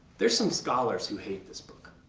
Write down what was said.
there's some scholars who hate this book